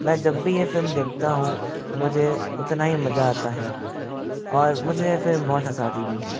मैं जब भी यह फिल्म देखता हूँ मुझे उतना ही मज़ा आता है और मुझे यह फिल्म बहुत हसाती भी है